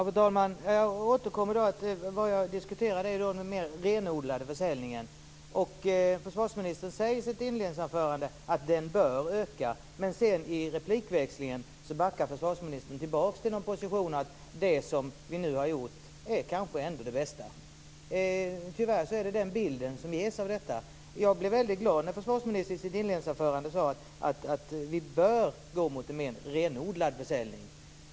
Fru talman! Det som jag talade om gällde den mer renodlade försäljningen. Försvarsministern sade i sitt inledningsanförande att den bör öka. Men i replikväxlingen backar försvarsministern tillbaka till positionen att det som vi nu har gjort kanske ändå är det bästa. Tyvärr är det den bilden som ges av detta. Jag blev väldigt glad när försvarsministern i sitt inledningsanförande sade att vi bör gå mot en mer renodlad försäljning.